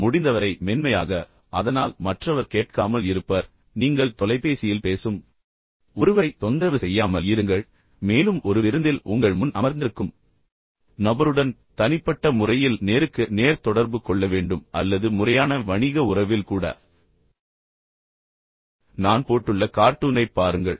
எனவே முடிந்தவரை மென்மையாக அதனால் மற்றவர் கேட்காமல் இருப்பர் பின்னர் நீங்கள் தொலைபேசியில் பேசும் ஒருவரை தொந்தரவு செய்யாமல் இருங்கள் மேலும் ஒரு விருந்தில் உங்கள் முன் அமர்ந்திருக்கும் நபருடன் தனிப்பட்ட முறையில் நேருக்கு நேர் தொடர்பு கொள்ள வேண்டும் அல்லது முறையான வணிக உறவில் கூட நான் போட்டுள்ள கார்ட்டூனைப் பாருங்கள்